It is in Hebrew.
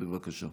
בבקשה.